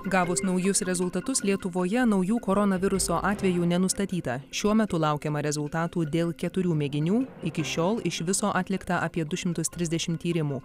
gavus naujus rezultatus lietuvoje naujų koronaviruso atvejų nenustatyta šiuo metu laukiama rezultatų dėl keturių mėginių iki šiol iš viso atlikta apie du šimtus trisdešimt tyrimų